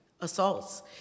assaults